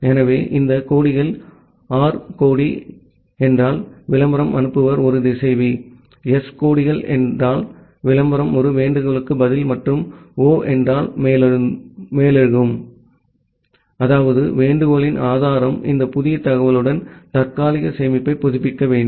எனவே இந்த கொடிகள் ஆர் flag என்றால் விளம்பரம் அனுப்புபவர் ஒரு திசைவி எஸ் flags என்றால் விளம்பரம் ஒரு வேண்டுகோளுக்கு பதில் மற்றும் ஓ என்றால் மேலெழுதும் அதாவது வேண்டுகோளின் ஆதாரம் இந்த புதிய தகவலுடன் தற்காலிக சேமிப்பை புதுப்பிக்க வேண்டும்